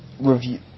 review